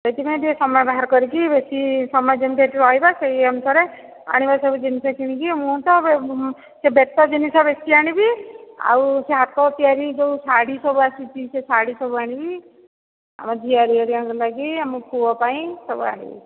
ସେଥିପାଇଁ ଟିକେ ସମୟ ବାହାର କରିକି ବେଶି ସମୟ ଯେମିତି ସେ'ଠି ରହିବା ସେଇ ଅନୁସାରେ ଆଣିବା ସବୁ ଜିନିଷ କିଣିକି ମୁଁ ତ ସେ ବେତ ଜିନିଷ ବେଶି ଆଣିବି ଆଉ ସେ ହାତ ତିଆରି ଯେଉଁ ଶାଢ଼ୀ ସବୁ ଆସିଛି ସେ ଶାଢ଼ି ସବୁ ଆଣିବି ଆଉ ଝିଆରି ହେରିକାଙ୍କ ଲାଗି ଆମ ପୁଅ ପାଇଁ ସବୁ ଆଣିବି